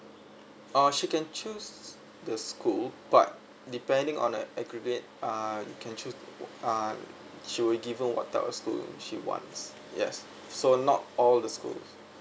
oh she can choose the school but depending on the uh he can choose um she will given what type of school she wants yes so not all the schools